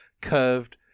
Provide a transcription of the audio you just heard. curved